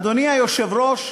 אדוני היושב-ראש,